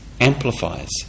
amplifies